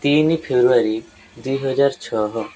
ତିନି ଫେବୃଆରୀ ଦୁଇହଜାର ଛଅ